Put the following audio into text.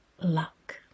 luck